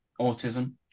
autism